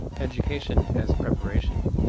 education as preparation.